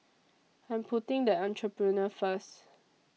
I'm putting the Entrepreneur First